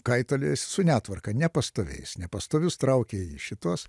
kaitaliojasi su netvarka nepastoviais nepastovius trauka į šituos